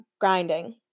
grinding